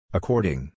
According